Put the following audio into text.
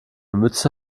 mütze